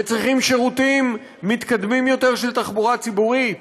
וצריכים שירותים מתקדמים יותר של תחבורה ציבורית,